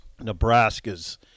Nebraska's